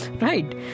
Right